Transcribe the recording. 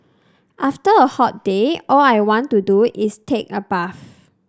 after a hot day all I want to do is take a bath